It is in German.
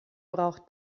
braucht